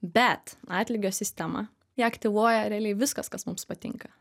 bet atlygio sistema ją aktyvuoja realiai viskas kas mums patinka